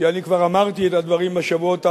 כי אני אמרתי את הדברים בשבועות האחרונים,